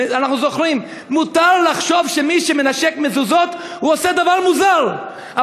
אנחנו זוכרים: מותר לחשוב שמי שמנשק מזוזות עושה דבר מוזר,